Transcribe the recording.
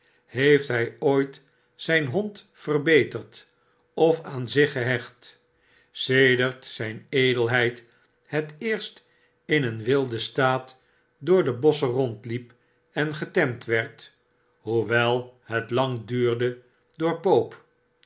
heeft hij ooit zyn hon verbeterd of aan zich gehecht sedert zyn edelheid het eerst in een wild en staat door de bosschen rondliep en getemd werd hoewel het lang duurde door